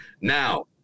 Now